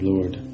Lord